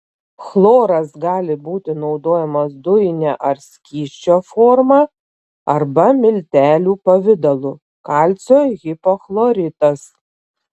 chloras gali būti naudojamas dujine ar skysčio forma arba miltelių pavidalu kalcio hipochloritas